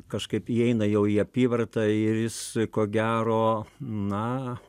kažkaip įeina jau į apyvartą ir jis ko gero na